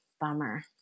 bummer